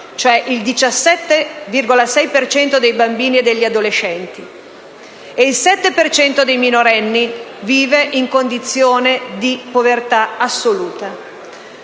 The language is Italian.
per cento dei bambini e degli adolescenti, e il 7 per cento dei minorenni vive in condizione di povertà assoluta.